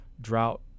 drought